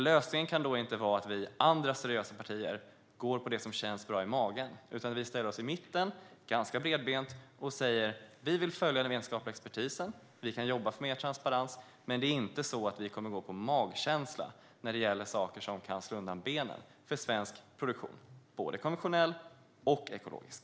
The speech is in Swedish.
Lösningen kan då inte vara att vi andra, seriösa, partier går på det som känns bra i magen, utan vi borde ställa oss i mitten - ganska bredbent - och säga: Vi vill följa den vetenskapliga expertisen. Vi kan jobba för mer transparens, men det är inte så att vi kommer att gå magkänsla när det gäller saker som kan slå undan benen för svensk produktion - både konventionell och ekologisk.